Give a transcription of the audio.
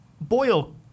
boil